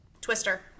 Twister